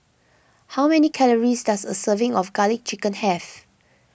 how many calories does a serving of Garlic Chicken have